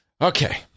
Okay